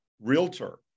realtor